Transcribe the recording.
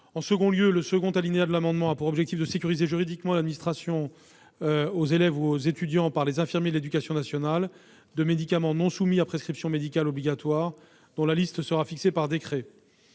la santé publique. Le second alinéa de l'amendement a pour objet de sécuriser juridiquement l'administration aux élèves ou aux étudiants, par les infirmiers de l'éducation nationale, de médicaments non soumis à prescription médicale obligatoire, dont la liste sera fixée par décret.